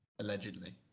Allegedly